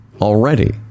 already